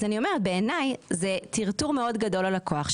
אז אני אומרת שבעיניי זה טרטור מאוד גדול ללקוח.